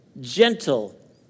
gentle